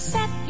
Set